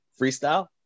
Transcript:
freestyle